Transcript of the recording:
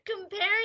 comparing